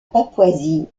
papouasie